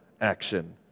action